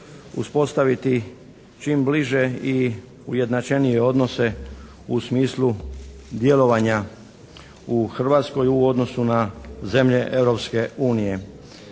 uspostaviti čim bliže i ujednačenije odnose u smislu djelovanja u Hrvatskoj u odnosu na zemlje